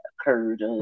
occurred